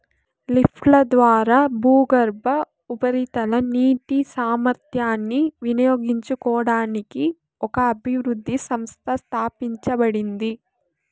లిఫ్ట్ల ద్వారా భూగర్భ, ఉపరితల నీటి సామర్థ్యాన్ని వినియోగించుకోవడానికి ఒక అభివృద్ధి సంస్థ స్థాపించబడింది